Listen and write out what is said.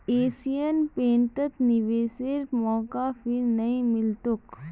Asian पेंटत निवेशेर मौका फिर नइ मिल तोक